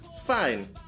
fine